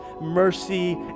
mercy